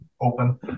open